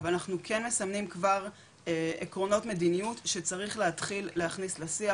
אבל אנחנו כן מסמנים כבר עקרונות מדיניות שצריך להתחיל להכניס לשיח,